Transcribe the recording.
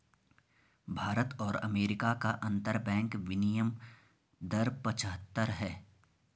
भारत और अमेरिका का अंतरबैंक विनियम दर पचहत्तर है